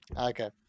Okay